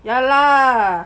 ya lah